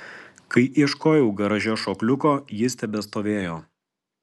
kai ieškojau garaže šokliuko jis tebestovėjo